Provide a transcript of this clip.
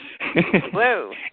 Whoa